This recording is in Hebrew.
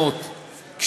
מתן תרופה ללא מרשם,